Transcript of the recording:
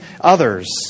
others